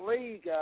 league